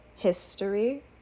history